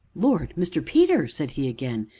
lord! mr. peter, said he again,